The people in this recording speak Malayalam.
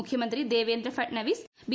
മുഖ്യമന്ത്രി ദേവേന്ദ്ര ഫഡ്നാവിസ് ബി